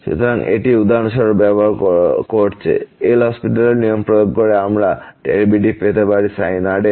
সুতরাং এটি উদাহরণস্বরূপ ব্যবহার করছে এল হসপিটালের নিয়ম প্রয়োগ করে আমরা ডেরিভেটিভ পেতে পারি sin r এর